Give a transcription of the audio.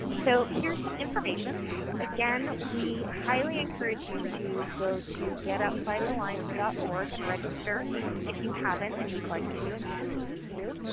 so here's some information again, we highly encourage you to go to getoutsidethelines dot org and register if you haven't and you would like to and you've been meaning to.